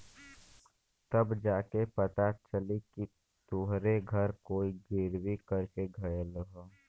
तब जा के पता चली कि तोहरे घर कोई गिर्वी कर के गयल हौ